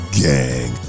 gang